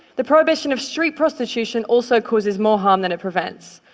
the prohibition of street prostitution also causes more harm than it prevents.